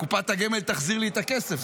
קופת הגמל תחזיר לי את הכסף,